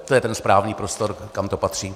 To je ten správný prostor, kam to patří.